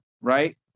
right